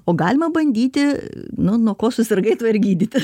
o galima bandyti nu nuo ko susirgai tuo ir gydytis